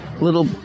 little